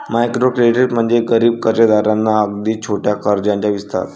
micro credit म्हणजे गरीब कर्जदारांना अगदी छोट्या कर्जाचा विस्तार